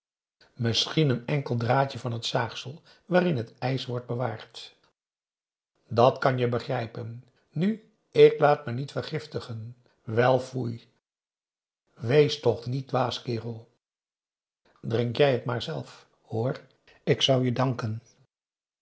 n enkel draadje van het zaagsel waarin het ijs wordt bewaard dat kan je begrijpen nu ik laat me niet vergiftigen wel foei wees toch niet dwaas kerel drink jij het maar zelf hoor ik zou je danken